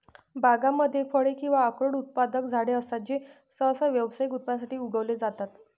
बागांमध्ये फळे किंवा अक्रोड उत्पादक झाडे असतात जे सहसा व्यावसायिक उत्पादनासाठी उगवले जातात